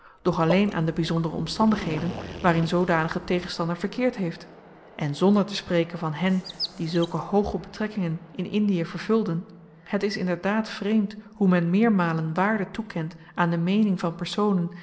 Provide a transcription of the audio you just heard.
zou doch alleen aan de byzondere omstandigheden waarin zoodanige tegenstander verkeerd heeft en zonder te spreken van hen die zulke hooge betrekkingen in indie vervulden het is inderdaad vreemd hoe men meermalen waarde toekent aan de meening van personen